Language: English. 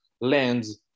lands